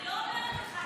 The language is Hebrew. אני לא אומרת לך,